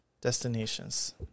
destinations